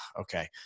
okay